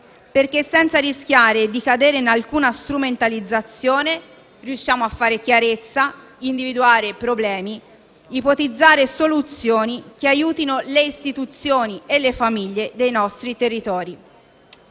affinché, senza rischiare di cadere in alcuna strumentalizzazione, si riesca a fare chiarezza, ad individuare i problemi e ad ipotizzare soluzioni che aiutino le istituzioni e le famiglie dei nostri territori.